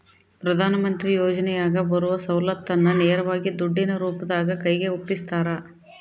ಪ್ರಧಾನ ಮಂತ್ರಿ ಯೋಜನೆಯಾಗ ಬರುವ ಸೌಲತ್ತನ್ನ ನೇರವಾಗಿ ದುಡ್ಡಿನ ರೂಪದಾಗ ಕೈಗೆ ಒಪ್ಪಿಸ್ತಾರ?